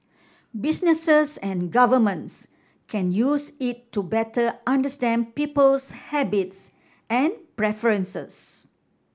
businesses and governments can use it to better understand people's habits and preferences